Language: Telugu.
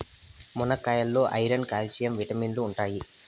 మునక్కాయాల్లో ఐరన్, క్యాల్షియం విటమిన్లు ఉంటాయి